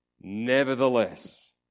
Nevertheless